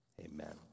amen